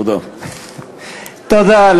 תודה,